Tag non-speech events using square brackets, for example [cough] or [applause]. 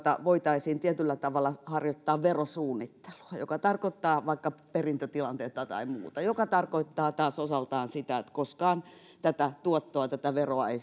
voitaisiin tietyllä tavalla harjoittaa verosuunnittelua mikä tarkoittaa vaikka perintötilannetta tai muuta mikä tarkoittaa taas osaltaan sitä että koskaan tätä tuottoa tätä veroa ei [unintelligible]